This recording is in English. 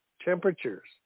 temperatures